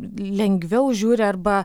lengviau žiūri arba